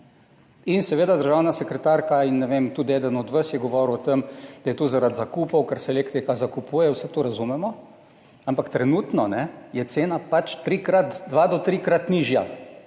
Seveda, državna sekretarka in tudi eden od vas je govoril o tem, da je to zaradi zakupov, ker se elektrika zakupi, vse to razumemo, ampak trenutno je cena pač dvakrat do trikrat nižja.